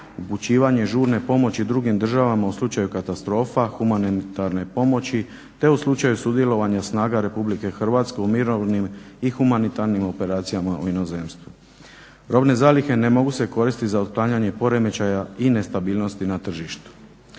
upućivanje žurne pomoći drugim državama u slučaju katastrofa, humanitarne pomoći, te u slučaju sudjelovanja snaga RH u mirovnim i humanitarnim operacijama u inozemstvu. Robne zalihe ne mogu se koristiti za otklanjanje poremećaja i nestabilnosti na tržištu.